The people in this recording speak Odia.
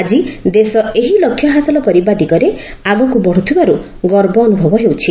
ଆଜି ଦେଶ ଏହି ଲକ୍ଷ୍ୟ ହାସଲ କରିବା ଦିଗରେ ଆଗକୁ ବଢ଼ୁଥିବାରୁ ଗର୍ବ ଅନୁଭବ ହେଉଛି